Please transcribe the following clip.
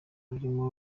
rurimo